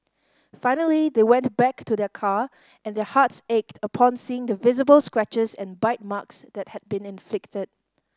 finally they went back to their car and their hearts ached upon seeing the visible scratches and bite marks that had been inflicted